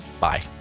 Bye